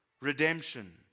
redemption